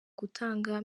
gutanga